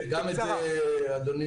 אדוני